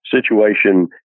situation